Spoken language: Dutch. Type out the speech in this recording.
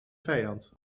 vijand